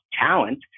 talent